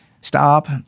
Stop